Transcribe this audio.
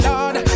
Lord